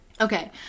Okay